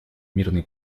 мирные